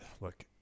look